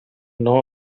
know